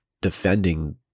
defending